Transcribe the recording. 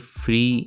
free